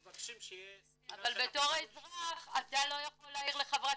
אנחנו מבקשים שתהיה סקירה --- אבל בתור אזרח אתה לא יכול להעיר לחברת